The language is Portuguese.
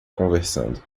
conversando